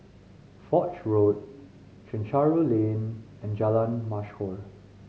Foch Road Chencharu Lane and Jalan Mashhor